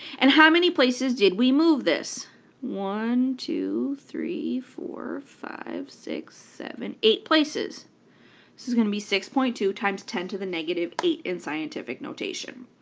and how many places did we move this one, two, three, four, five, six, seven, eight places. this is going to be six point two times ten to the negative eight in scientific notation.